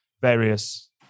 various